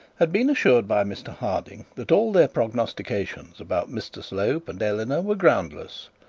had been assured by mr harding that all their prognostications about mr slope and eleanor were groundless.